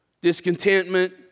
discontentment